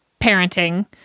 parenting